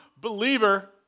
believer